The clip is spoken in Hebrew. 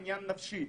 וזה גם עניין נפשי.